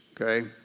okay